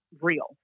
real